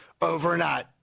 overnight